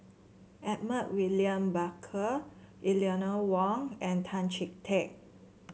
Edmund William Barker Eleanor Wong and Tan Chee Teck